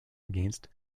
against